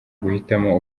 guhitamo